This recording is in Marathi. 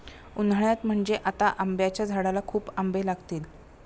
उन्हाळ्यात म्हणजे आता आंब्याच्या झाडाला खूप आंबे लागतील